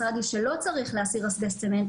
לי שאתה במאבק צודק וציבורי לחלוטין,